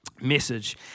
message